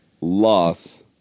Loss